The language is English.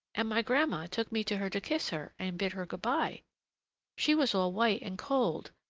and my grandma took me to her to kiss her and bid her good-by she was all white and cold,